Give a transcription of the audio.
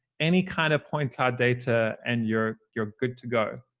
any kind of point cloud data and you're you're good to go.